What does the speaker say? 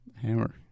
hammer